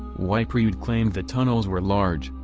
wiprud claimed the tunnels were large,